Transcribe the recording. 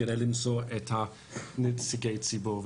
במציאת נציגי הציבור.